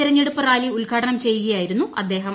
തെരഞ്ഞെടുപ്പ് റാലി ഉദ്ഘാടനം ചെയ്യുകയായിരുന്നു അദ്ദേഹം